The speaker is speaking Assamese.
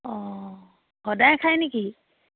অঁ সদায় খায় নেকি